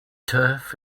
turf